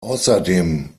außerdem